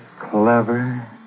clever